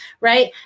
right